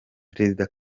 perezida